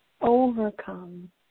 Overcome